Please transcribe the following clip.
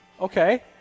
Okay